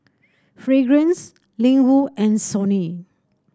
Fragrance Ling Wu and Sony